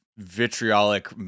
Vitriolic